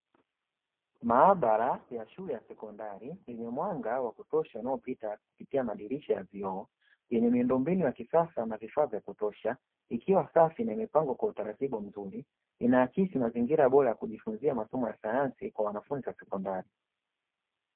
Maabara ya shule ya sekondari yenye mwanga wa kutosha unaopita kupitia madirisha ya vioo, yenye miundombinu ya kisasa na vifaa vya kutosha, ikiwa safi na imepangwa kwa utaratibu mzuri. Inaakisi mazingira bora ya kujifunzia masomo ya sayansi kwa wanafunzi wa sekondari.